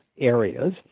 areas